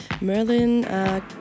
Merlin